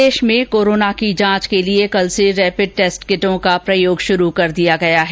प्रदेष में कोरोना की जांच के लिए कल से रेपिड टेस्ट किटों का प्रयोग शुरू कर दिया है